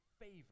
favor